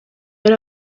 yari